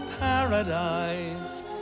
paradise